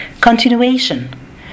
continuation